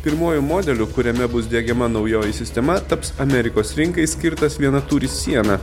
pirmuoju modeliu kuriame bus diegiama naujoji sistema taps amerikos rinkai skirtas vienatūris siena